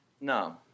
No